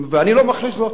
ואני לא מכחיש זאת.